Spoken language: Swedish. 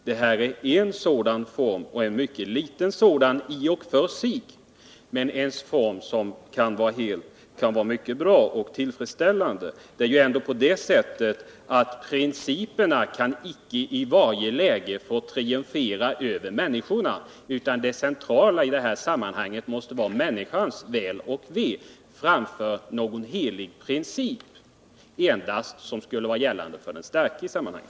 Reklamförbudet är en sådan form — en mycket liten sådan i och för sig, men som kan vara mycket bra och tillfredsställande. Principerna kan ju ändå icke i varje läge få triumfera över människorna utan det centrala i sammanhanget måste vara människans väl och ve, framför någon helig princip som endast skulle vara gällande för den starke.